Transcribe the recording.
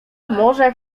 może